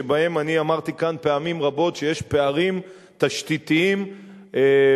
שבהם אני אמרתי כאן פעמים רבות שיש פערים תשתיתיים רבי-שנים,